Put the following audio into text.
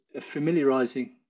familiarizing